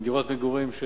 דירות מגורים,